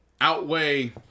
outweigh